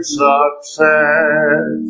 success